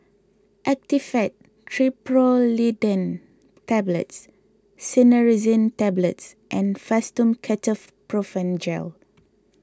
Actifed Triprolidine Tablets Cinnarizine Tablets and Fastum Ketoprofen Gel